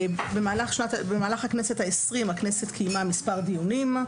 במהלך הכנסת ה-20, הכנסת קיימה מספר דיונים,